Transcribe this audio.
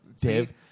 Dave